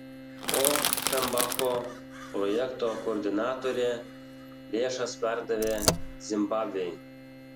ofenbacho projekto koordinatorė lėšas perdavė zimbabvei